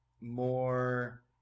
more